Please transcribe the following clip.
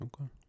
Okay